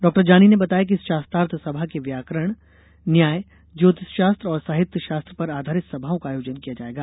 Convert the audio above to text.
doctor Jani ने बताया कि इस शास्त्रार्थ सभा में व्याकरण न्याय ज्योतिषशास्त्र और साहित्य शास्त्र पर आधारित सभाओं का आयोजन किया जाएगा